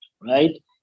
right